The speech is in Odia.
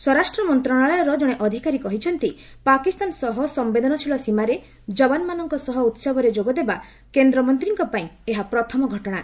ସ୍ୱରାଷ୍ଟ୍ର ମନ୍ତ୍ରଣାଳୟର ଜଣେ ଅଧିକାରୀ କହିଛନ୍ତି ପାକିସ୍ତାନ ସହ ସମ୍ଭେଦନଶୀଳ ସୀମାରେ ଯବାନମାନଙ୍କ ସହ ଉତ୍ସବରେ ଯୋଗଦେବା କେନ୍ଦ୍ରମନ୍ତ୍ରୀଙ୍କ ପାଇଁ ଏହା ପ୍ରଥମ ଘଟଣା